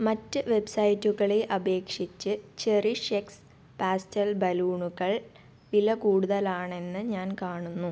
മറ്റ് വെബ്സൈറ്റുകളെ അപേക്ഷിച്ച് ചെറിഷ് എക്സ് പാസ്റ്റൽ ബലൂണുകൾ വില കൂടുതലാണെന്ന് ഞാൻ കാണുന്നു